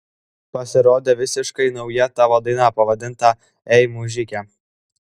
pasirodė visiškai nauja tavo daina pavadinta ei mužike